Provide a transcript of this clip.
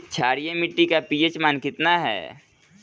क्षारीय मीट्टी का पी.एच मान कितना ह?